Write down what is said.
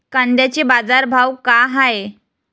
कांद्याचे बाजार भाव का हाये?